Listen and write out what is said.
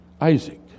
Isaac